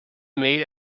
made